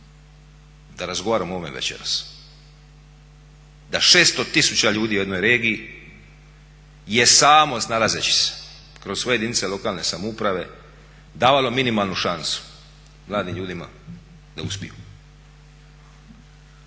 da razgovaramo o ovome večeras? Da 600 tisuća ljudi u jednoj regiji je samo snalazeći se kroz svoje jedinice lokalne samouprave davalo minimalnu šansu mladim ljudima da uspiju.